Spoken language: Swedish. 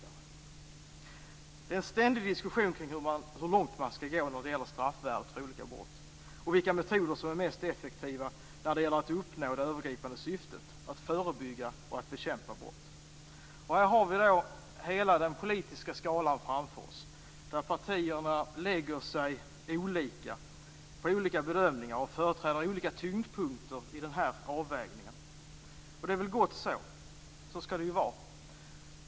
Det pågår en ständig diskussion om hur långt man skall gå när det gäller straffvärdet för olika brott och vilka metoder som är mest effektiva när det gäller att uppnå det övergripande syftet, nämligen att förebygga och bekämpa brott. Här har vi då hela den politiska skalan framför oss där partierna lägger sig på olika bedömningar och företräder olika tyngdpunkter i den här avvägningen. Och det är väl gott så. Så skall det ju vara.